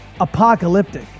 apocalyptic